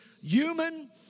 human